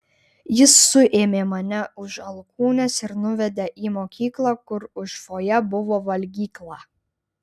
jis suėmė mane už alkūnės ir nuvedė į mokyklą kur už fojė buvo valgykla